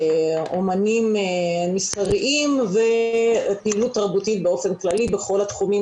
אומנים מסחריים ופעילות תרבותית באופן כללי בכל התחומים,